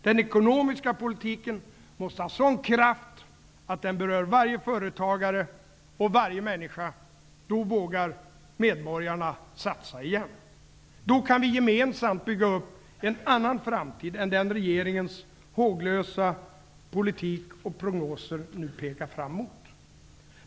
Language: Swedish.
Den ekonomiska politiken måste ha sådan kraft att den berör varje företagare och varje medborgare. Då vågar medborgarna satsa igen. Då kan vi gemensamt bygga en annan framtid än den som regeringens håglösa politik och prognoser nu pekar fram mot.